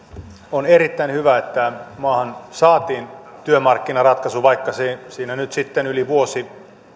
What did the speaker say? on erittäin hyvä että maahan saatiin työmarkkinaratkaisu vaikka siinä nyt sitten yli vuosi